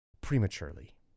prematurely